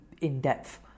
in-depth